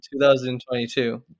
2022